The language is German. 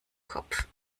kopf